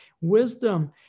Wisdom